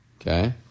Okay